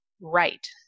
right